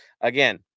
Again